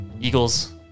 Eagles